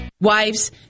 Wives